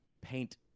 paint